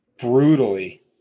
brutally